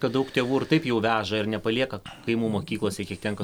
kad daug tėvų ir taip jau veža ir nepalieka kaimų mokyklose kiek tenka